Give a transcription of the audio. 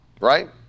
right